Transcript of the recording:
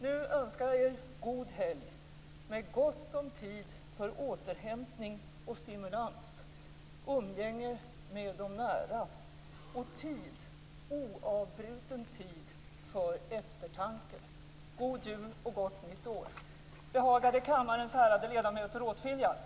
Nu önskar jag er god helg, med gott om tid för återhämtning och stimulans, umgänge med de nära och tid - oavbruten tid - för eftertanke. God jul och gott nytt år!